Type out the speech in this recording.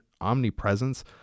omnipresence